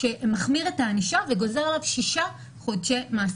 שהענישה בהמשך היא בעייתית.